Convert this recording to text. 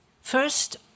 First